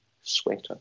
sweater